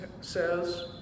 says